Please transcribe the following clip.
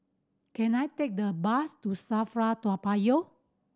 can I take the bus to SAFRA Toa Payoh